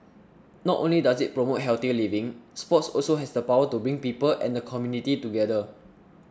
not only does it promote healthier living sports also has the power to bring people and the community together